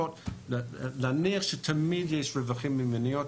להניח שתמיד יש רווחים ממניות.